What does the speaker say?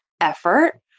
effort